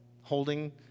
holding